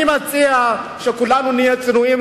אני מציע שכולנו נהיה צנועים,